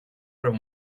რომ